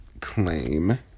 claim